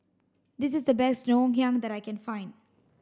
this is the best Ngoh Hiang that I can find